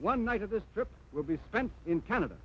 one night of the trip will be spent in canada